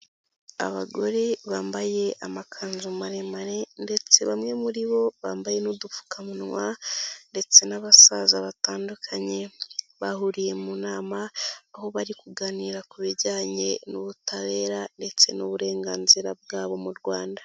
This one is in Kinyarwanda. Abagore bambaye amakanzu maremare ndetse bamwe muri bo bambaye n'udupfukamunwa ndetse n'abasaza batandukanye bahuriye mu nama aho bari kuganira ku bijyanye n'ubutabera ndetse n'uburenganzira bwabo mu Rwanda.